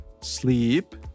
sleep